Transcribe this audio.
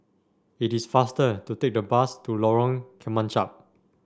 it is faster to take the bus to Lorong Kemunchup